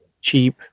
cheap